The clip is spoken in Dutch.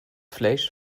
vlees